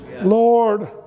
Lord